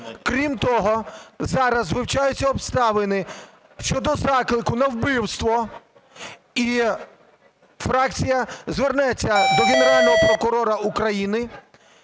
Крім того, зараз вивчаються обставини щодо заклику на вбивство і фракція звернеться до Генерального прокурора України